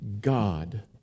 God